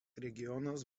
regionas